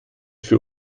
für